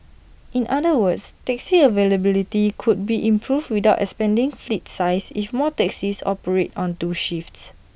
in other words taxi availability could be improved without expanding fleet size if more taxis operate on two shifts